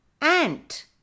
Ant